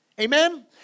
Amen